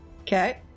Okay